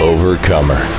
Overcomer